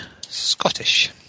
Scottish